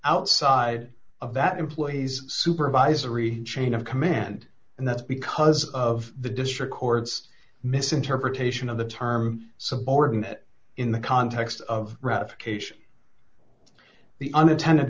outside of that employee's supervisory chain of command and that's because of the district court's misinterpretation of the term subordinate in the context of ratification the unintended